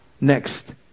Next